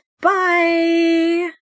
Bye